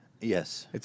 Yes